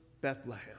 Bethlehem